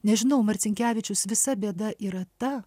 nežinau marcinkevičius visa bėda yra ta